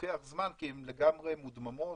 לוקח זמן, כי הן לגמרי מודממות,